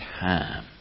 time